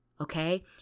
okay